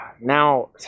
now